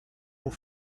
pour